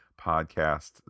podcast